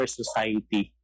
society